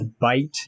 bite